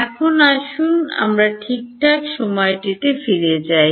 এখন আসুন আমরা ঠিকঠাক সময়টিতে ফিরে যাই